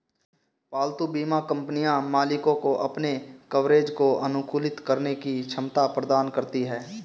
पालतू बीमा कंपनियां मालिकों को अपने कवरेज को अनुकूलित करने की क्षमता प्रदान करती हैं